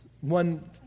one